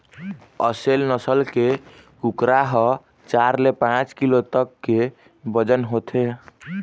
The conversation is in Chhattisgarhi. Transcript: असेल नसल के कुकरा ह चार ले पाँच किलो तक के बजन होथे